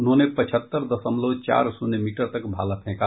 उन्होंने पचहत्तर दशमलव चार शुन्य मीटर तक भाला फेंका